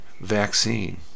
vaccine